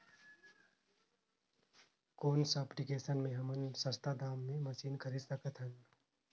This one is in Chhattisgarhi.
कौन सा एप्लिकेशन मे हमन सस्ता दाम मे मशीन खरीद सकत हन?